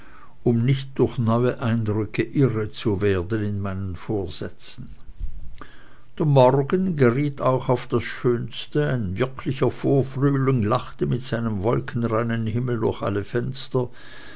um nicht durch neue eindrücke irre zu werden in meinen vorsätzen der morgen geriet auch auf das schönste ein wirklicher vorfrühling lachte mit seinem wolkenreinen himmel durch alle fenster